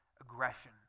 aggression